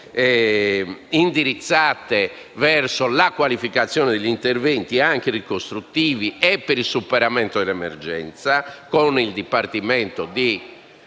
indirizzate verso la qualificazione degli interventi, anche ricostruttivi, e per il superamento dell'emergenza - e il dipartimento di